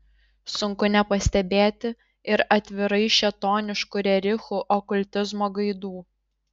sunku nepastebėti ir atvirai šėtoniškų rerichų okultizmo gaidų